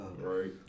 Right